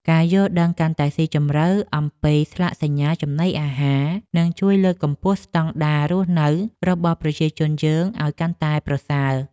ការយល់ដឹងកាន់តែស៊ីជម្រៅអំពីស្លាកសញ្ញាចំណីអាហារនឹងជួយលើកកម្ពស់ស្តង់ដាររស់នៅរបស់ប្រជាជនយើងឱ្យកាន់តែប្រសើរ។